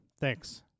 Thanks